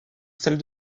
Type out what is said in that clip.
celle